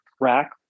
rack